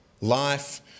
Life